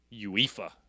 UEFA